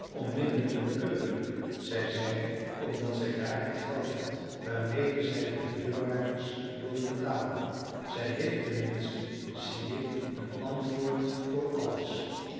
onmiddellijk naar de keuken liep zij zeide omdat zij daar het geld had waarmede zij de deurwaarders wilde betalen zij heeft ten minste zie ik een antwoord voor alles